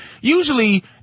usually